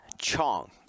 Chong